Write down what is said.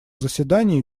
заседании